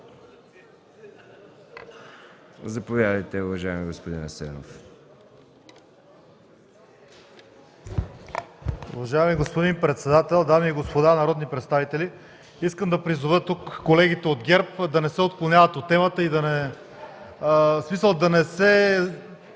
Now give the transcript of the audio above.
Заповядайте, уважаеми господин Асенов.